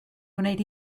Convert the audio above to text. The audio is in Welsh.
gwneud